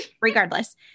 regardless